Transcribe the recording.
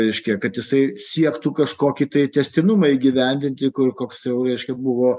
reiškia kad jisai siektų kažkokį tai tęstinumą įgyvendinti kur koks jau reiškia buvo